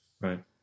Right